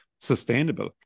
sustainable